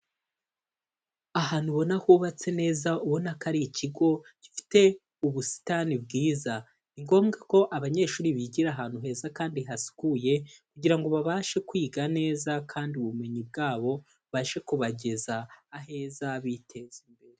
Ahantu ubona hubatse neza ubona ko ari ikigo gifite ubusitani bwiza. Ni ngombwa ko abanyeshuri bigira ahantu heza kandi hasukuye, kugira ngo babashe kwiga neza kandi ubumenyi bwabo bubashe kubageza aheza biteza imbere.